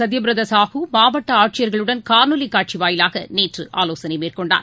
சுத்யபிரதா சாஹூ மாவட்ட ஆட்சியர்களுடன் காணொலிக் காட்சி வாயிலாக நேற்று ஆலோசனை மேற்கொண்டார்